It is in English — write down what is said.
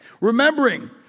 remembering